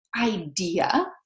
idea